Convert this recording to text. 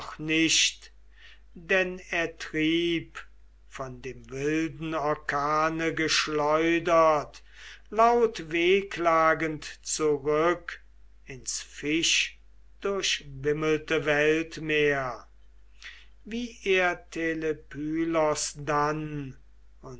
nicht denn er trieb von dem wilden orkane geschleudert lautwehklagend zurück ins fischdurchwimmelte weltmeer wie er telepylos dann